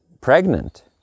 pregnant